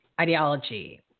ideology